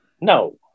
no